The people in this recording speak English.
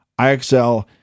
IXL